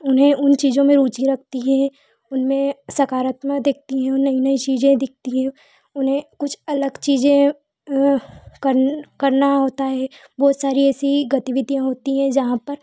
उन्हें उन चीज़ों में रुची रखती है उनमें सकारात्मता देखती हैं और नई नई चीज़ें दिखती हैं उन्हें कुछ अलग चीज़ें करना होता है बहुत सारी ऐसी गतिविधियाँ होती हैं जहाँ पर